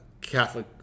Catholic